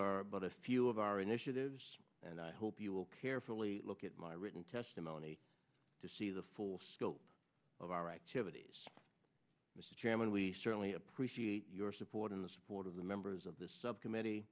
are but a few of our initiatives and i hope you will carefully look at my written testimony to see the full scope of our activities mr chairman we certainly appreciate your support and the support of the members of the subcommittee